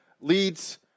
leads